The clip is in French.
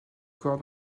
corps